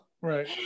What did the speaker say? Right